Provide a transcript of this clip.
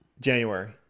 January